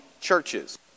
churches